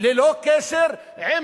ללא קשר עם